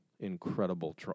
incredible